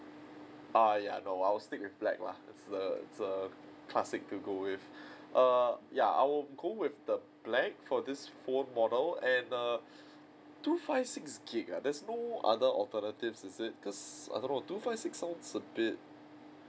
uh ya no I'll stick with black lah the the classic to go with err ya I will go with the black for this phone model and err two five six gig ah there's no other alternatives is it cause I don't know two five six sounds a bit